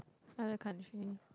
other country